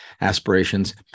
aspirations